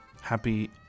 Happy